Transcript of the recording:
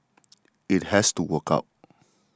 it has to work out